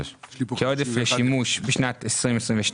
אנחנו זקוקים לו בדחיפות כדי להשלים את כל הצטיידות החירום